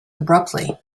abruptly